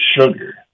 sugar